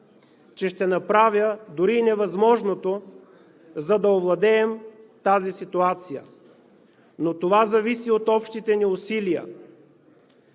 че ще направя дори невъзможното, за да овладеем тази ситуация. Но това зависи от общите ни усилия.